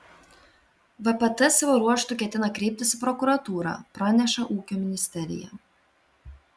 vpt savo ruožtu ketina kreiptis į prokuratūrą praneša ūkio ministerija